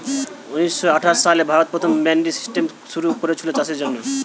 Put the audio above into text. ঊনিশ শ আঠাশ সালে ভারতে প্রথম মান্ডি সিস্টেম শুরু কোরেছিল চাষের জন্যে